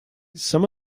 some